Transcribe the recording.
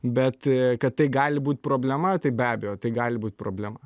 bet kad tai gali būt problema tai be abejo tai gali būt problema